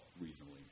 reasonably